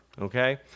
okay